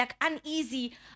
uneasy